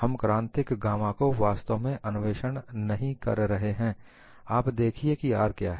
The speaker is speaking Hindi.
हम क्रांतिक गामा को वास्तव में अन्वेषण नहीं कर रहे हो आप देखिए कि R क्या है